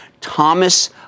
Thomas